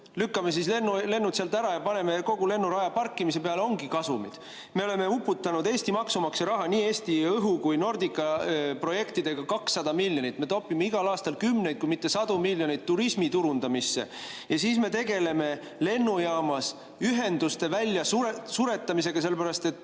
Lükkame siis lennud sealt eest ära ja paneme kogu lennuraja parkimise peale, siis olemegi kasumis.Me oleme uputanud Eesti maksumaksja raha nii Eesti Õhu kui Nordica projektidesse – 200 miljonit! Me topime igal aastal kümneid kui mitte sadu miljoneid turismi turundamisse ja siis tegeleme lennujaamas ühenduste väljasuretamisega, sellepärast et